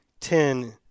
Ten